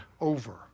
over